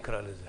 נקרא לזה.